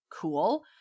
cool